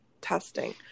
testing